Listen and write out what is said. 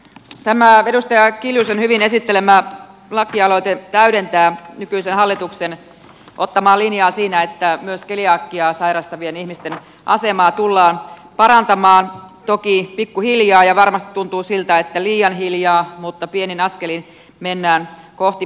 tämä edustaja kiljusen hyvin esittelemä laki aloite täydentää nykyisen hallituksen ottamaa linjaa siinä että myös keliakiaa sairastavien ihmisten asemaa tullaan parantamaan toki pikkuhiljaa ja varmasti tuntuu siltä että liian hiljaa mutta pienin askelin mennään kohti parempia aikoja